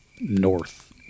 north